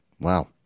Wow